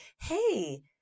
Hey